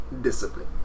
discipline